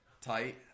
tight